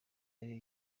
ariyo